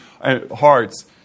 hearts